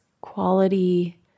quality